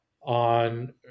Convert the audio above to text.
on